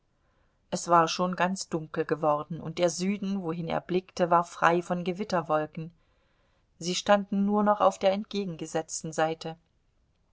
es war schon ganz dunkel geworden und der süden wohin er blickte war frei von gewitterwolken sie standen nur noch auf der entgegengesetzten seite